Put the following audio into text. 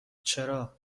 چرا